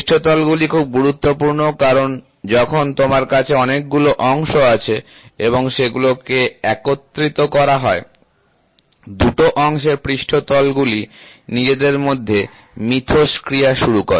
পৃষ্ঠতলগুলি খুব গুরুত্বপূর্ণ কারণ যখন তোমার কাছে অনেকগুলো অংশ আছে এবং সেগুলো কে একত্রিত করা হয় দুটো অংশের পৃষ্ঠতলগুলি নিজেদের মধ্যে মিথস্ক্রিয়া শুরু করে